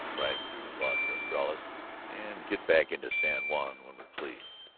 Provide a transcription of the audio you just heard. ride through las estrellas and get back into san juan when we please.